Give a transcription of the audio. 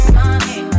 money